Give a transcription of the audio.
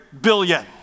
billion